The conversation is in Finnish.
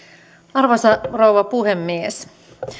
arvoisa rouva puhemies